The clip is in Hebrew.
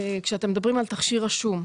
כשאתם מדברים על תכשיר רשום,